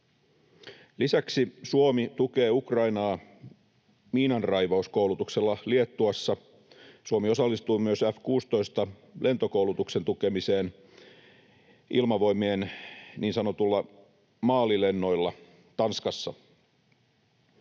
Lisäksi Suomi tukee Ukrainaa miinanraivauskoulutuksella Liettuassa. Suomi osallistuu myös F-16-lentokoulutuksen tukemiseen Ilmavoimien niin sanotuilla maalilennoilla Tanskassa.